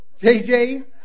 JJ